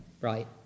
right